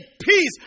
peace